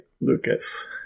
Lucas